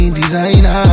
designer